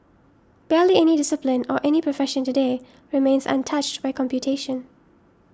barely any discipline or any profession today remains untouched by computation